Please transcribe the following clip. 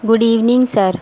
good evening sir